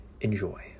Enjoy